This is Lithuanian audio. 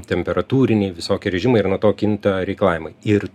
temperatūriniai visokie režimai ir nuo to kinta reikalavimai ir